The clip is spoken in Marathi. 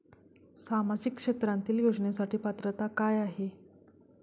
सामाजिक क्षेत्रांतील योजनेसाठी पात्रता काय आहे?